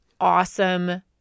awesome